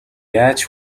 яаж